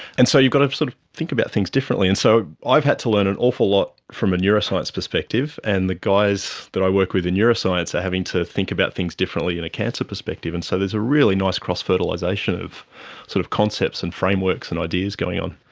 and so you've got to sort of think about things differently. and so i've had to learn an awful lot from a neuroscience perspective, and the guys that i work with in neuroscience are having to think about things differently in a cancer perspective. so there's a really nice cross-fertilisation of sort of concepts and frameworks and ideas going on.